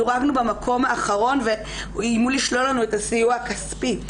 דורגנו במקום האחרון ואיימו לשלול לנו את הסיוע הכספי.